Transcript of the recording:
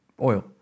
oil